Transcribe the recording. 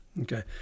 Okay